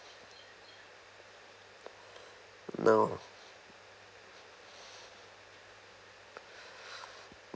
no